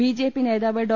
BJP നേതാവ് ഡോ